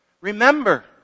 Remember